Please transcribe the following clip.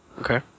Okay